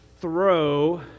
throw